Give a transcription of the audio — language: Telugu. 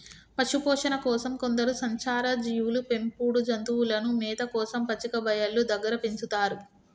పశుపోషణ కోసం కొందరు సంచార జీవులు పెంపుడు జంతువులను మేత కోసం పచ్చిక బయళ్ళు దగ్గర పెంచుతారు